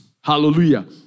hallelujah